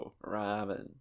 Robin